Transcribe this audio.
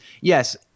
yes